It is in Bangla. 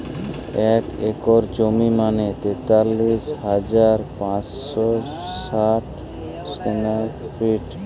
এক একর জমি মানে তেতাল্লিশ হাজার পাঁচশ ষাট স্কোয়ার ফিট